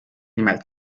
nimelt